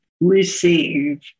receive